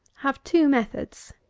have two methods.